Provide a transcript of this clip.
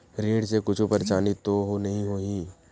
ऋण से कुछु परेशानी तो नहीं होही?